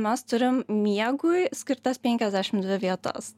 mes turim miegui skirtas penkiasdešim dvi vietas